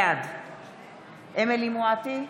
בעד אמילי חיה מואטי,